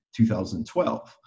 2012